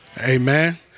Amen